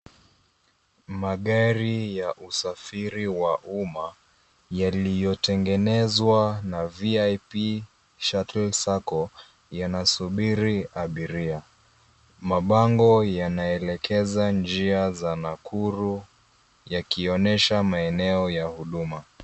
Magari ya usafiri wa umma yaliyotengenezwa na VIP Shuttle Sacco yanasubiri abiria. Mabango yanaelekeza njia za Nakuru yakionesha maeneo ya huduma.